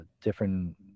different